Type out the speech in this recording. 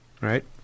right